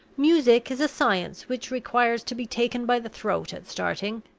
music is a science which requires to be taken by the throat at starting.